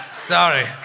Sorry